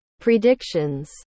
predictions